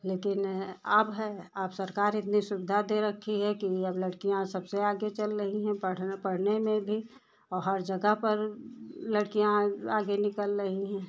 लेकिन अब है अब सरकार इतनी सुविधा दे रखी है कि अब लड़कियाँ सबसे आगे चल रही हैं पढ़ने पढ़ने में भी और हर जगह पर लड़कियाँ आगे निकल रही हैं